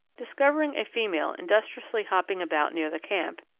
discovering a female industriously hopping about near the camp,